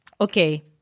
okay